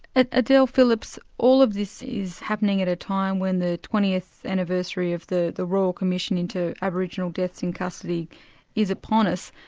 adele phillips, all of this is happening at a time when the twentieth anniversary of the the royal commission into aboriginal deaths in custody is upon us.